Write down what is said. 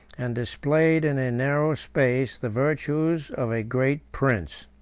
and displayed in a narrow space the virtues of a great prince.